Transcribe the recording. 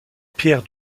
pierre